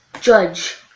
Judge